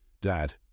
Dad